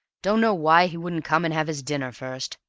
don't know why he couldn't come and have his dinner first.